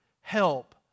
help